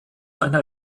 einer